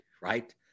right